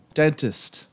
dentist